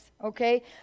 okay